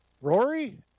Rory